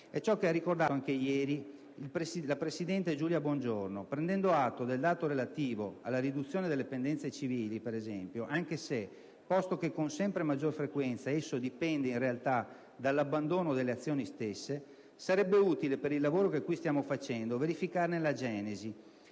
È ciò che ci ha ricordato ieri anche la presidente Giulia Bongiorno. Prendendo atto del dato relativo alla riduzione delle pendenze civili, per esempio, anche se, posto che con sempre maggior frequenza esso dipende in realtà dall'abbandono delle azioni stesse, sarebbe utile per il lavoro che qui stiamo facendo verificarne la genesi: